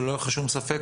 שלא יהיה לך שום ספק.